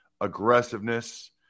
aggressiveness